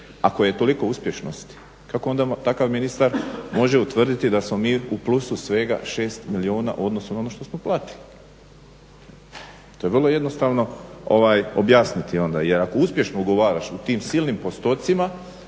ako je toliko uspješnosti kako onda takav ministar može utvrditi da smo mi u plusu svega 6 milijuna u odnosu na ono što smo platili. To je vrlo jednostavno objasniti onda. Jer ako uspješno ugovaraš u tim silnim postotcima